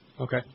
Okay